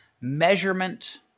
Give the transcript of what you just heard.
measurement